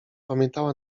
pamiętała